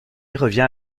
revient